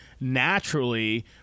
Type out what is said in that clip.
naturally